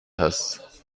hast